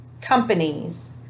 companies